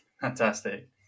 Fantastic